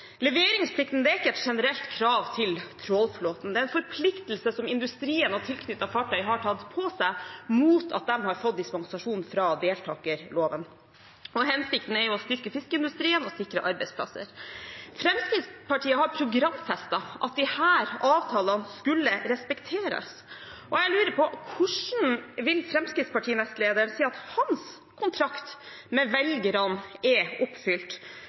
er ikke et generelt krav til trålerflåten. Det er en forpliktelse som industrien og tilknyttede fartøyer har tatt på seg mot å få dispensasjon fra deltakerloven. Hensikten er å styrke fiskeindustrien og sikre arbeidsplasser. Fremskrittspartiet har programfestet at disse avtalene skal respekteres. Jeg lurer på: Hvordan vil Fremskrittspartiets nestleder si at hans kontrakt med velgerne er oppfylt